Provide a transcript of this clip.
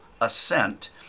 assent